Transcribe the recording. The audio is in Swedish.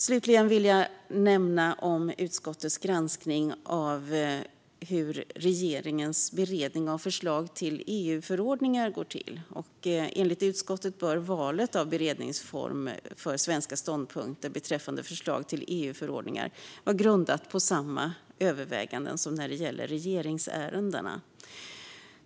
Slutligen vill jag nämna utskottets granskning av hur regeringens beredning av förslag till EU-förordningar går till. Enligt utskottet bör valet av beredningsform för svenska ståndpunkter beträffande förslag till EU-förordningar vara grundat på samma överväganden som vid regeringsärenden.